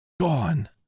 Gone